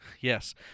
Yes